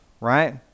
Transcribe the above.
right